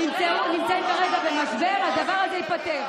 אני אזכיר לך נמרצות שראש הממשלה המנוח מנחם בגין אמר ב-77': אשכנזי,